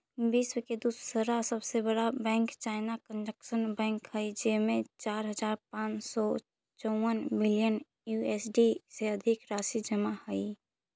विश्व के दूसरा सबसे बड़ा बैंक चाइना कंस्ट्रक्शन बैंक हइ जेमें चार हज़ार पाँच सौ चउवन बिलियन यू.एस.डी से अधिक राशि जमा हइ